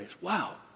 Wow